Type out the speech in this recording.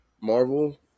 Marvel